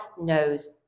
knows